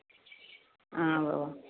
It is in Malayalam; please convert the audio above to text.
ആ ഉവ്വ് ഉവ്വ്